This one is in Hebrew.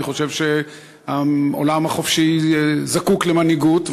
אני חושב שהעולם החופשי זקוק למנהיגות,